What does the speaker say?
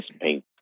paint